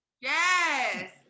yes